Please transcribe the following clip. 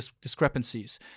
discrepancies